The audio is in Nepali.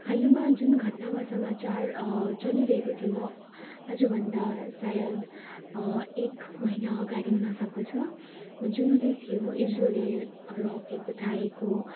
हालैमा जुन घटना वा समाचार चलिरहेको थियो आजभन्दा सायद एक महिना अगाडि हुनसक्दछ जुन त्यही थियो इसरोले रकेट पठाएको